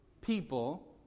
people